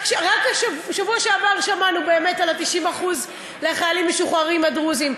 רק בשבוע שעבר שמענו באמת על ה-90% לחיילים המשוחררים הדרוזים.